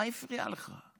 מה הפריע לך?